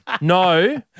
no